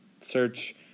search